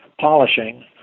polishing